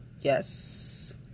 yes